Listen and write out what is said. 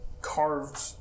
carved